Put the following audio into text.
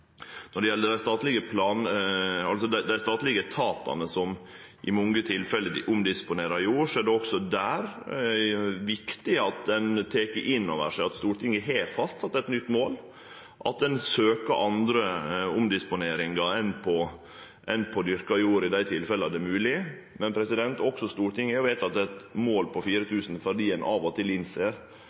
Når det gjeld dei statlege etatane, som i mange tilfelle omdisponerer jord, er det også der viktig at ein tek inn over seg at Stortinget har fastsett eit nytt mål, at ein søkjer andre omdisponeringar enn av dyrka jord i dei tilfella det er mogleg. Men også Stortinget har jo vedteke eit mål om 4 000, fordi ein innser at det av og til